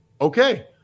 Okay